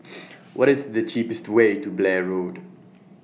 What IS The cheapest Way to Blair Road